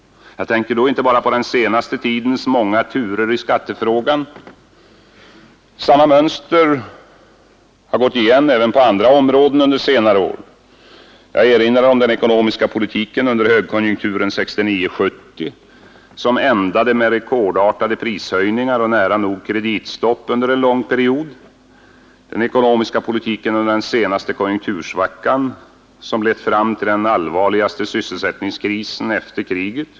Jag tänker då inte bara på den senaste tidens många turer i skattefrågan. Samma mönster har gått igen även på andra områden under senare år. Man kan erinra om den ekonomiska politiken under högkonjunkturen 1969/70, som ändade med rekordartade prishöjningar och nära nog kreditstopp under en lång period, och den ekonomiska politiken under den senaste konjunktursvackan, som lett fram till den allvarligaste sysselsättningskrisen efter kriget.